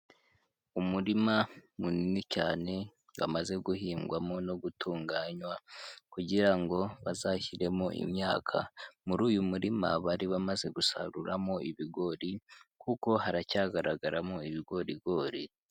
Umurima munini cyane bamaze guhingwamo no gutunganywa kugira ngo bazashyiremo imyaka. Muri uyu murima bari bamaze gusaruramo ibigori kuko haracyagaragaramo ibigorigori.